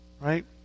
Right